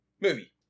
movie